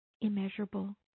immeasurable